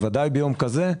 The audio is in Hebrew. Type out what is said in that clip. בוודאי ביום כזה,